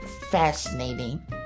fascinating